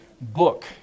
book